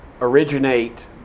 originate